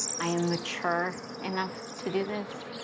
i am mature enough to do this.